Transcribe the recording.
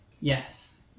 Yes